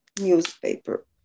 newspaper